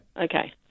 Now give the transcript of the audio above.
okay